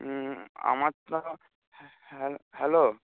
হুম আমার তো হ্যালো